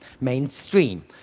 mainstream